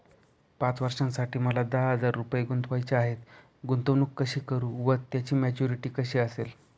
पाच वर्षांसाठी मला दहा हजार रुपये गुंतवायचे आहेत, गुंतवणूक कशी करु व त्याची मॅच्युरिटी कशी असेल?